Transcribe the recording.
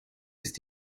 ist